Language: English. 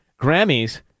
Grammys